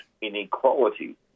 inequality